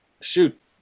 Shoot